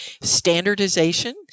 standardization